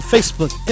Facebook